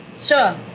sure